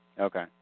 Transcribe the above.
Okay